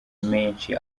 menshi